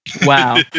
Wow